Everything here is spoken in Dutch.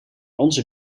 onze